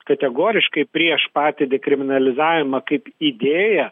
kategoriškai prieš patį dekriminalizavimą kaip idėją